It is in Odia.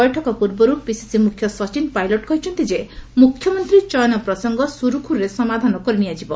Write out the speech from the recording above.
ବୈଠକ ପୂର୍ବରୁ ପିସିସି ମୁଖ୍ୟ ସଚିନ୍ ପାଇଲଟ କହିଛନ୍ତି ଯେ ମ୍ରଖ୍ୟମନ୍ତ୍ରୀ ଚୟନ ପ୍ରସଙ୍ଗ ସ୍ତରଖ୍ରରେ ସମାଧାନ କରିନିଆଯିବ